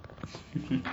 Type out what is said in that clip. mm